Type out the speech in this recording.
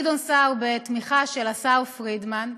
גדעון סער בתמיכה של השר פרידמן,